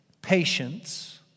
patience